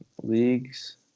Leagues